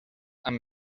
amb